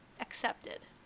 Accepted